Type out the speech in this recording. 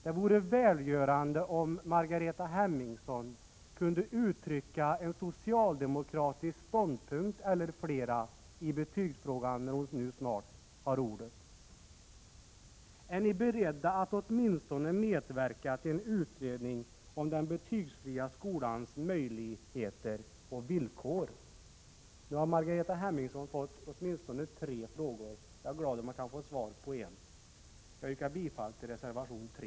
Det vore välgörande om Margareta Hemmingsson kunde ange någon socialdemokratisk ståndpunkt — eller flera — i betygsfrågan, när hon nu snart får ordet. Är ni beredda att åtminstone medverka till en utredning om den betygsfria skolans möjligheter och villkor? Nu har Margareta Hemmingsson fått åtminstone tre frågor. Jag är glad om jag kan få svar på en. Jag yrkar bifall till reservation 3.